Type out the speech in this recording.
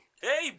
Hey